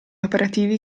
operativi